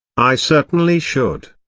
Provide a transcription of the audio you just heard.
i certainly should.